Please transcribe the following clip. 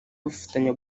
bafatanya